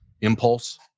impulse